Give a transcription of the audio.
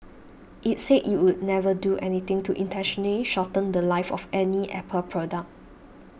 it said it would never do anything to intentionally shorten the Life of any Apple product